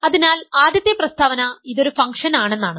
അതിനാൽ ആദ്യത്തെ പ്രസ്താവന ഇതൊരു ഫംഗ്ഷൻ ആണെന്നാണ്